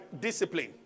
discipline